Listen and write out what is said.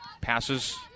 Passes